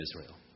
Israel